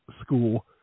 school